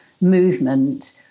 movement